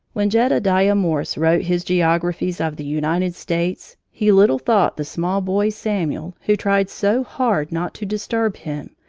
when jedediah morse wrote his geographies of the united states, he little thought the small boy samuel, who tried so hard not to disturb him,